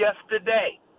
yesterday